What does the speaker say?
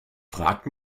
fragt